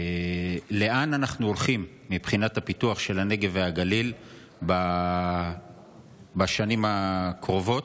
לאן אנחנו הולכים מבחינת הפיתוח של הנגב והגליל בשנים הקרובות.